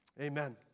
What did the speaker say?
Amen